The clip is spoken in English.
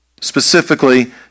Specifically